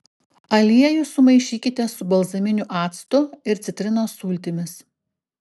aliejų sumaišykite su balzaminiu actu ir citrinos sultimis